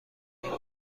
این